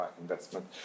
investment